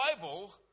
Bible